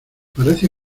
parece